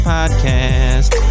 Podcast